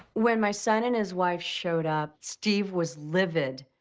when my son and his wife showed up, steve was livid.